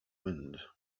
wind